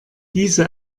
diese